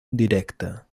directa